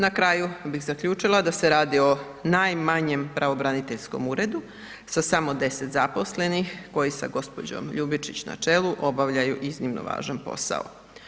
Na kraju bih zaključila da se radi o najmanjem pravobraniteljskom uredu sa samo 10 zaposlenih koji sa gospođom Ljubičić na čelu obavljaju iznimno važan posao.